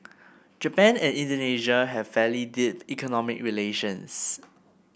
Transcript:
Japan and Indonesia have fairly deep economic relations